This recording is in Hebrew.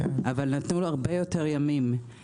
אבל נתנו לו הרבה יותר ימים.